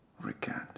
recant